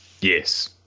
yes